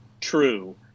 true